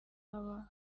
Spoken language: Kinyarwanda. haba